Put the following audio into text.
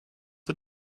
the